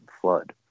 flood